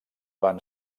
van